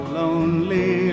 lonely